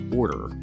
order